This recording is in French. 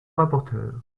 rapporteur